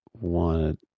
want